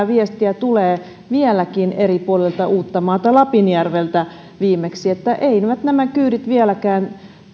viestiä tulee vieläkin eri puolilta uuttamaata lapinjärveltä viimeksi että eivät nämä kyydit vieläkään